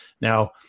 Now